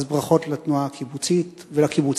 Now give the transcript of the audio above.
אז ברכות לתנועה הקיבוצים ולקיבוצניקים.